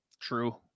True